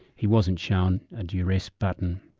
he wasn't shown a duress button